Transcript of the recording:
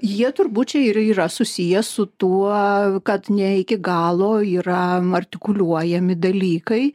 jie turbūt ir yra susiję su tuo kad ne iki galo yra artikuliuojami dalykai